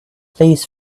please